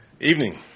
Evening